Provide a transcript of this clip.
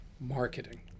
Marketing